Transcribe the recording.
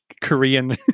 Korean